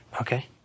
Okay